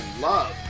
love